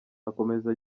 akomeza